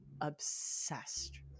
obsessed